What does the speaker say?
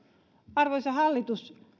arvoisa hallitus